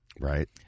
Right